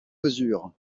mesures